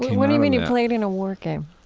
what do you mean you played in a war game?